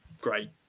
great